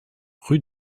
rue